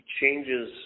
changes